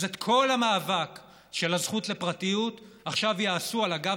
אז את כל המאבק של הזכות לפרטיות עכשיו יעשו על הגב